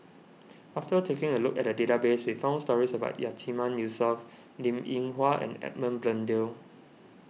after taking a look at the database we found stories about Yatiman Yusof Linn in Hua and Edmund Blundell